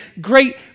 great